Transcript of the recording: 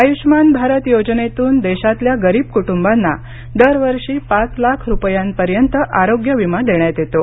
आयुष्मान भारत योजनेतून देशातल्या गरीब कुटुंबांना दरवर्षी पाच लाख रुपयांपर्यंत आरोग्यविमा देण्यात येतो